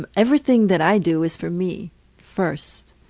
um everything that i do is for me first.